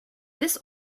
this